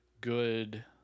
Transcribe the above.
good